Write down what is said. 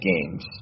games